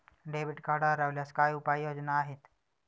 Debit card हरवल्यास काय उपाय योजना आहेत?